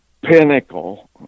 pinnacle